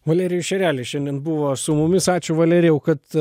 valerijus šerelis šiandien buvo su mumis ačiū valerijau kad